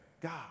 God